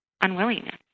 Unwillingness